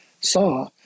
saw